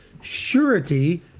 surety